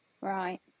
Right